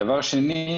שנית,